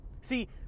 See